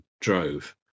drove